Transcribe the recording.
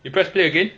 you press play again